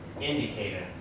indicator